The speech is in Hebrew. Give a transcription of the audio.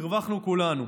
הרווחנו כולנו.